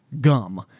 gum